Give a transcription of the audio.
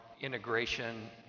integration